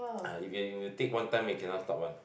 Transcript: ah if you will take one time you cannot stop one